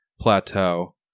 plateau